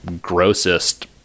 grossest